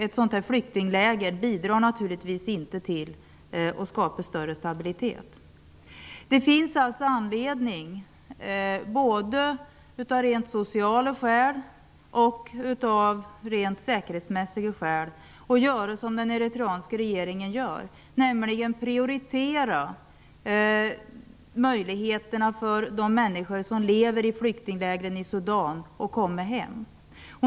Ett flyktingläger bidrar naturligtvis inte till att skapa större stabilitet. Det finns alltså anledning, både av rent sociala skäl och av rent säkerhetsmässiga skäl, att göra som den eritreanska regeringen gör, nämligen prioritera möjligheterna för de människor som lever i flyktingläger i Sudan att komma hem.